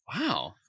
Wow